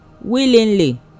Willingly